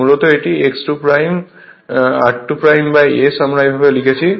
মূলত এটি x 2 r2S আমরা এভাবে লিখেছি